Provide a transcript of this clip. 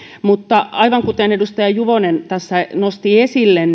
mutta aivan kuten edustaja juvonen tässä nosti esille